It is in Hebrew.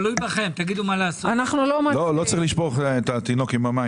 לא צריך לשפוך את התינוק עם המים.